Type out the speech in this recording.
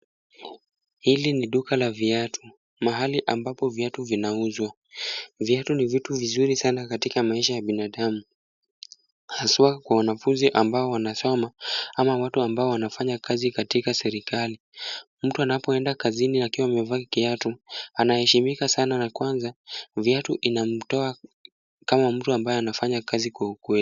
Hili ni duka la viatu, mahali ambapo viatu vinauzwa. Viatu ni vitu vizuri sana katika maisha ya binadamu haswa kwa wanafunzi ambao wanasoma ama watu ambao wanafanya kazi katika serikali. Mtu anapoenda kazini akiwa amevaa kiatu, anaheshimika sana na kwanza viatu inamtoa kama mtu ambaye anafanya kazi kwa ukweli.